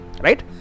right